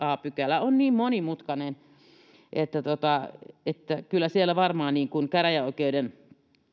a pykälä on niin monimutkainen että kyllä siellä varmaan käräjäoikeuden